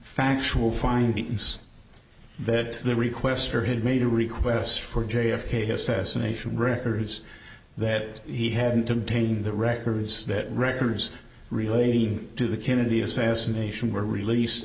factual findings that the requestor had made a request for j f k assassination records that he hadn't been taking the records that records relating to the kennedy assassination were released